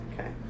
Okay